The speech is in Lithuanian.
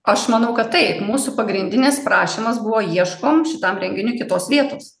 aš manau kad taip mūsų pagrindinis prašymas buvo ieškom šitam renginiui kitos vietos